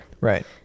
Right